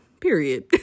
period